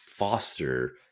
Foster